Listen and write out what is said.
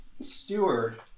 Steward